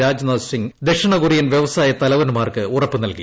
രാജ്നാഥ് സിംഗ് ദക്ഷിണകൊറിയൻ വൃവസായ ത്ലൂവന്മാർക്ക് ഉറപ്പ് നൽകി